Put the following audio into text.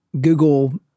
Google